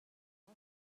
maw